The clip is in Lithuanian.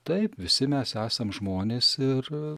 taip visi mes esam žmonės ir